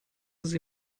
sie